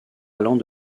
allant